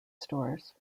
stores